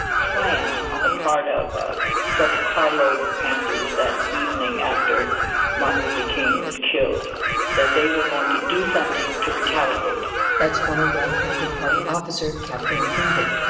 plan on the part ah of but several carloads of panthers that evening after martin luther king was killed that they were going to do something to retaliate that's former black panther party officer kathleen cleaver.